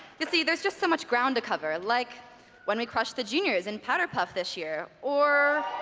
you see there's just so much ground to cover like when we crushed the juniors in powder puff this year or